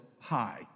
high